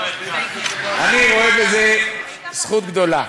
אני רואה בזה זכות גדולה.